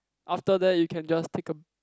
after that you can just take a